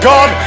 God